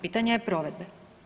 Pitanje je provedbe.